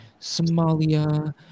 Somalia